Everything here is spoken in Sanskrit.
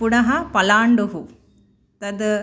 पुनः पलाण्डुः तद्